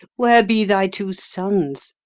where be thy two sons?